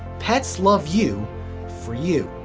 pets love you for you.